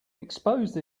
expose